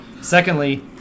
Secondly